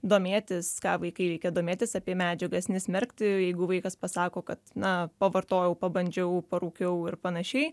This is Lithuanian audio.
domėtis ką vaikai reikia domėtis apie medžiagas nesmerkti jeigu vaikas pasako kad na pavartojau pabandžiau parūkiau ir panašiai